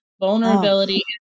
Vulnerability